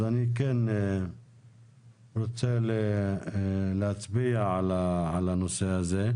אז אני כן רוצה להצביע על הנושא הזה.